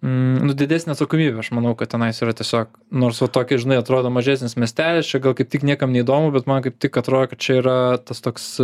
nu didesnė atsakomybė aš manau kad tenai yra tiesiog nors vat tokia žinai atrodo mažesnis miestelis čia gal kaip tik niekam neįdomu bet man kaip tik atrodo kad čia yra tas toks